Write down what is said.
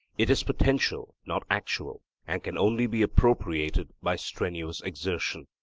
it is potential, not actual, and can only be appropriated by strenuous exertion.